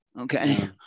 Okay